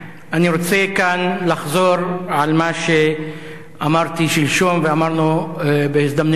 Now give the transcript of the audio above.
אני רוצה כאן לחזור על מה שאמרתי שלשום ואמרנו בהזדמנויות רבות: